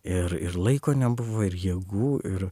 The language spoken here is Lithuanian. ir ir laiko nebuvo ir jėgų ir